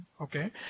okay